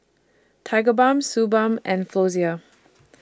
Tigerbalm Suu Balm and Floxia